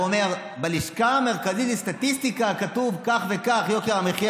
שאומר שבלשכה המרכזית לסטטיסטיקה כתוב כך וכך לגבי